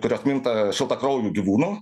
kurios minta šiltakraujų gyvūnų